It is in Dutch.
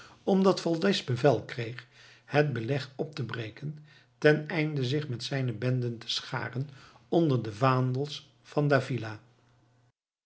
omdat valdez bevel kreeg het beleg op te breken ten einde zich met zijne benden te scharen onder de vaandels van d'avila